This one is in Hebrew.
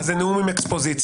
שזה נאום עם אקספוזיציה.